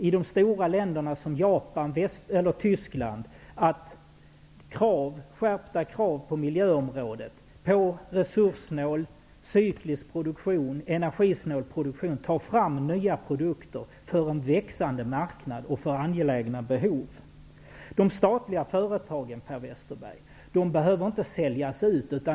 I de stora länderna, som Japan och Tyskland, ser man att skärpta krav på miljöområdet -- på resurssnål, cyklisk, energisnål produktion -- åstadkommer nya produkter för en växande marknad och för angelägna behov. De statliga företagen, Per Westerberg, behöver inte säljas ut.